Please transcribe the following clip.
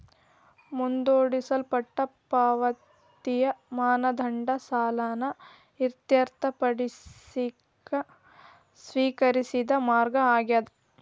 ಮುಂದೂಡಲ್ಪಟ್ಟ ಪಾವತಿಯ ಮಾನದಂಡ ಸಾಲನ ಇತ್ಯರ್ಥಪಡಿಸಕ ಸ್ವೇಕರಿಸಿದ ಮಾರ್ಗ ಆಗ್ಯಾದ